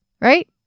right